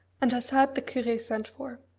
and has had the cure sent for.